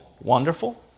Wonderful